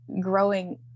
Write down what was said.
growing